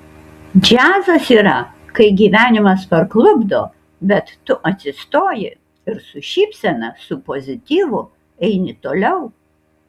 džiazas yra kai gyvenimas parklupdo bet tu atsistoji ir su šypsena su pozityvu eini toliau